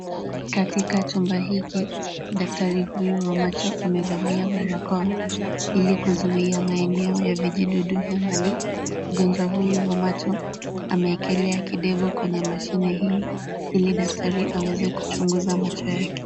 Katika chumba hiki, daktari huyu wa macho amevalia barakoa ili kuzuia maeneo ya vijidudu hewani. Mgonjwa huyu wa macho, amewekelea kidevu kwenye mashine hii ili daktari aweze kuchunguza macho yake.